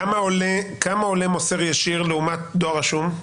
כמה עולה מוסר ישיר לעומת דואר רשום?